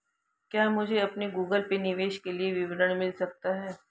क्या मुझे अपने गूगल पे निवेश के लिए विवरण मिल सकता है?